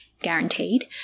guaranteed